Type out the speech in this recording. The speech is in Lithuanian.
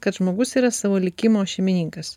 kad žmogus yra savo likimo šeimininkas